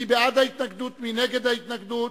מי בעד ההתנגדות ומי נגד ההתנגדות?